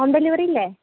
home ഡെലിവറിയില്ലേ